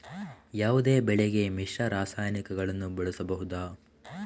ಯಾವುದೇ ಬೆಳೆಗೆ ಮಿಶ್ರ ರಾಸಾಯನಿಕಗಳನ್ನು ಬಳಸಬಹುದಾ?